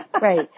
right